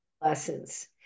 Lessons